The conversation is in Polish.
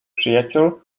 przyjaciół